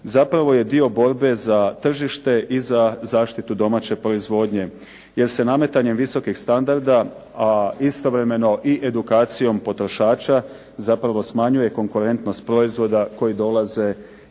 zapravo je dio borbe za tržište i za zaštitu domaće proizvodnje jer se nametanjem visokih standarda, a istovremeno i edukacijom potrošača zapravo smanjuje konkurentnost proizvoda koji dolaze iz